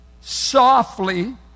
softly